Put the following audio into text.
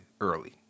early